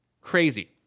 Crazy